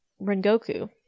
Rengoku